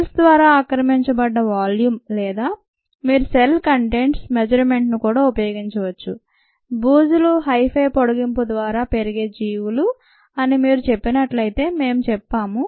cells ద్వారా ఆక్రమించబడ్డ volume లేదా మీరు సెల్ కంటెంట్స్ మెజర్మెంట్ ను కూడా ఉపయోగించవచ్చు బూజులు హైఫే పొడిగింపు ద్వారా పెరిగే జీవులు అని మీరు చెప్పినట్లయితే మేం చెప్పాం